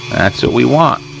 that's what we want.